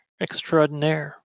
extraordinaire